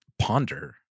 Ponder